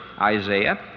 Isaiah